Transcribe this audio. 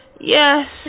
Yes